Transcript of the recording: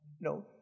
No